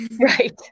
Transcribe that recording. Right